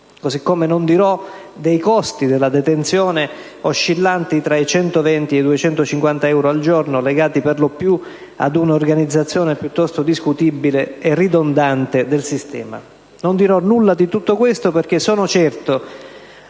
Così come non dirò dei costi della detenzione, oscillanti tra i 120 ed i 250 euro al giorno, legati, per lo più, ad un'organizzazione piuttosto discutibile e ridondante del sistema. Non dirò nulla di tutto questo perché sono certo,